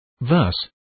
Thus